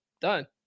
done